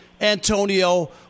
Antonio